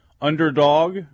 underdog